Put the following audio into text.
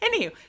Anywho